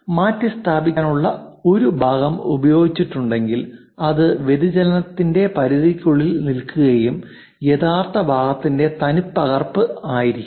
മാറ്റിസ്ഥാപിക്കാനുള്ള ഒരു ഭാഗം ഉപയോഗിച്ചിട്ടുണ്ടെങ്കിൽ അത് വ്യതിചലനത്തിന്റെ പരിധിക്കുള്ളിൽ നിൽക്കുകയും യഥാർത്ഥ ഭാഗത്തിന്റെ തനിപ്പകർപ്പായിരിക്കണം